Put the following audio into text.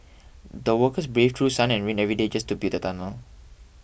the workers braved through sun and rain every day just to build the tunnel